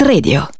Radio